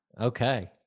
Okay